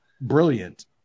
brilliant